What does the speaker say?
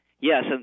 Yes